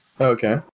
Okay